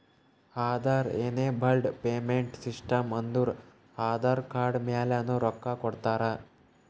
Aadhaar enabled payment system ಅಂದುರ್ Aadhaar card ಮ್ಯಾಲನು ರೊಕ್ಕಾ ಕೊಡ್ತಾರ